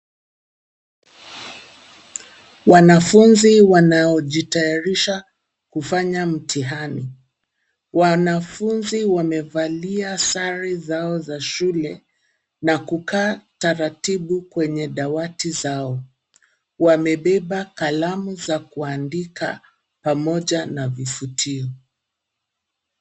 Wanafunzi wanaojitayarisha kufanya mtihani. Wanafunzi wamevalia sare zao za shule na kukaa taratibu kwenye dawati zao .Wamebeba kalamu za kuandika pamoja na vifutio.